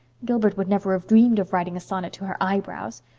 gilbert would never have dreamed of writing a sonnet to her eyebrows.